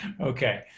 Okay